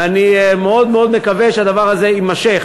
ואני מאוד מאוד מקווה שהדבר הזה יימשך.